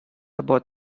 about